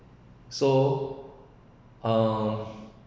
so uh